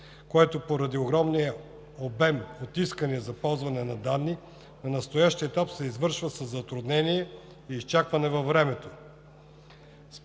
което, поради огромния обем от искания за ползване на данни, на настоящия етап се извършва със затруднения и изчакване във времето.